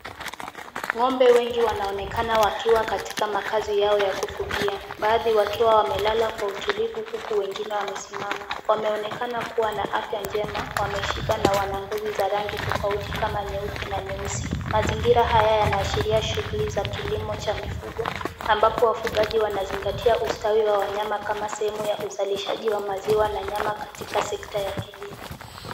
Ng'ombe wengi wanaonekana wakiwa katika makaazi yao ya kufugia. Baadhi wakiwa wamelala kwa utulivu huku wengine wamesimama. Wameonekana kuwa na afya njema, wameshiba na wana ngozi za rangi tofauti kama nyeupe na nyeusi. Mazingira haya yanaashiria shughuli za kilimo cha mifugo ambapo wafugaji wanazingatia ustawi wa wanyama kama sehemu ya uzalishaji wa maziwa na nyama katika sekta ya kilimo.